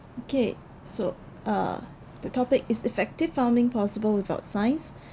okay so uh so the topic is effective farming possible without science